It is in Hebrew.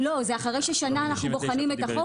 לא, זה אחרי ששנה אנחנו בוחנים את החוק.